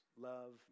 love